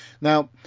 Now